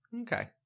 Okay